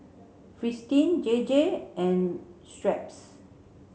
Fristine J J and Schweppes